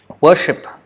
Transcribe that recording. worship